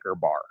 bar